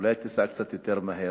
אולי תיסע קצת יותר מהר.